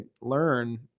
learn